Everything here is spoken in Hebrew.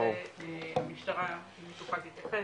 לזה המשטרה תוכל להתייחס,